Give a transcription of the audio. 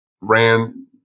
ran